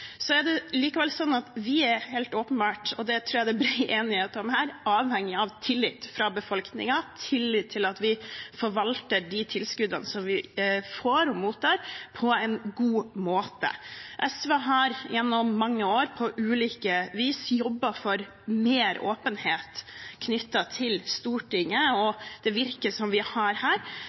er likevel sånn at vi helt åpenbart – og det tror jeg det er bred enighet om her – er avhengig av tillit fra befolkningen, tillit til at vi forvalter de tilskuddene som vi mottar, på en god måte. SV har gjennom mange år på ulike vis jobbet for mer åpenhet knyttet til Stortinget og det virket som vi har her,